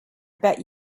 bet